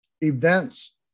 events